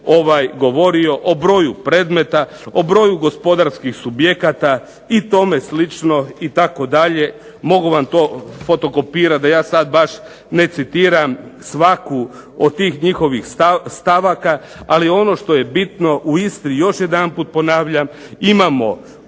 vam ja maloprije govorio, o broju gospodarskih subjekata i tome slično itd. Mogu vam to fotokopirati da ja sad baš ne citiram svaku od tih njihovih stavaka. Ali ono što je bitno u Istri još jedanput ponavljam imamo